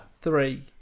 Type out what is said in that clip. Three